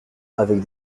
avec